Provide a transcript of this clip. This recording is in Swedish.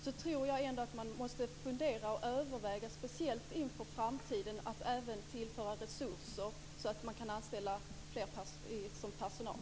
Då tror jag ändå att man måste överväga, speciellt inför framtiden, att även tillföra resurser för att anställa fler som personal.